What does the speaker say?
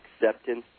acceptance